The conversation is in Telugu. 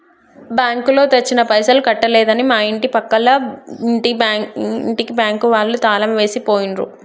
బ్యాంకులో తెచ్చిన పైసలు కట్టలేదని మా ఇంటి పక్కల ఇంటికి బ్యాంకు వాళ్ళు తాళం వేసి పోయిండ్రు